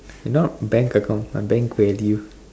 not bank account my bank value